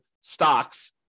stocks